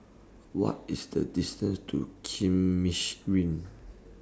What IS The distance to Kismis Green